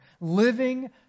living